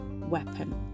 weapon